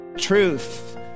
Truth